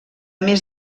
més